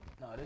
No